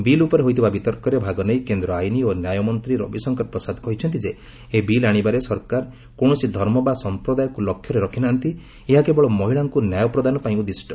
bill ଉପରେ ହୋଇଥିବା ବିତର୍କରେ ଭାଗ ନେଇ କେନ୍ଦ୍ର ଆଇନ୍ ଓ ନ୍ୟାୟମନ୍ତ୍ରୀ ରବିଶଙ୍କର ପ୍ରସାଦ କହିଛନ୍ତି ଯେ ଏହି ବିଲ୍ ଆଣିବାରେ ସରକାର କୌଣସି ଧର୍ମ ବା ସମ୍ପ୍ରଦାୟକୁ ଲକ୍ଷ୍ୟରେ ରଖିନାହାନ୍ତି ଏହା କେବଳ ମହିଳାଙ୍କୁ ନ୍ୟାୟ ପ୍ରଦାନ ପାଇଁ ଉଦ୍ଦିଷ୍ଟ